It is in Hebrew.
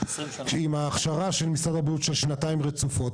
עם ההכשרה של משרד הבריאות של שנתיים רצופות,